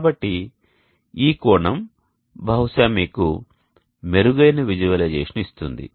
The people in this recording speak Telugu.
కాబట్టి ఈ కోణం బహుశా మీకు మెరుగైన విజువలైజేషన్ ఇస్తుంది